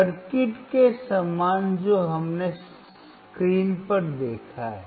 circuit के समान जो हमने स्क्रीन पर देखा है